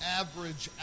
average